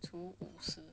除本是